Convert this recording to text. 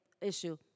issue